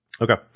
Okay